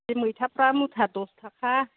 बे मैथाफ्रा मुथा दस थाखा